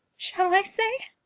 shall i say?